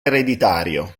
ereditario